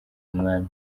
umwami